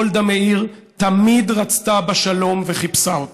גולדה מאיר תמיד רצתה בשלום וחיפשה אותו.